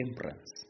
temperance